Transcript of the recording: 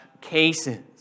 cases